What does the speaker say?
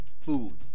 food